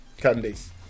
candies